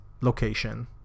location